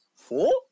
Four